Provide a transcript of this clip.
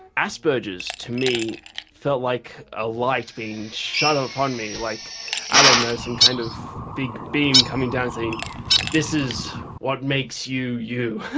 asperger's to me felt like a light being shone upon me, like i don't know, some kind of big beam coming down saying this is what makes you, you.